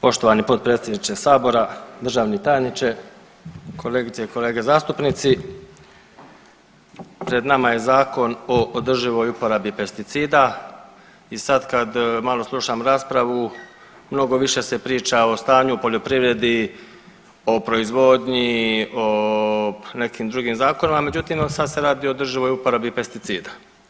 Poštovani potpredsjedniče sabora, državni tajniče, kolegice i kolege zastupnici, pred nama je Zakon o održivoj uporabi pesticida i sad kad malo slušam raspravu mnogo više se priča o stanju u poljoprivredi, o proizvodnji, o nekim drugim zakona međutim evo sad se radi o održivoj uporabi pesticida.